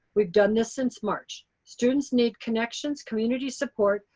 we've done this since march. students need connections, community support,